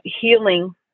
healing